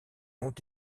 ont